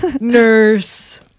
nurse